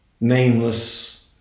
nameless